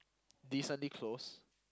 decently close